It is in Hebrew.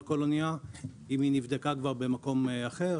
כל אנייה אם היא נבדקה כבר במקום אחר.